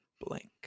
blank